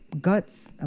guts